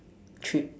trip